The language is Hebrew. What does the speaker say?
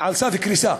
על סף קריסה.